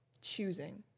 choosing